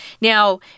Now